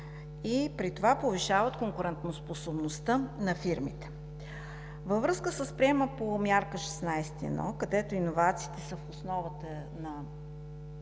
и при това повишават конкурентоспособността на фирмите“. Във връзка с приема по мярка 16.1, където иновациите са в основата на